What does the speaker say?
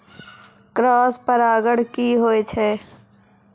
Cross परागण की होय छै?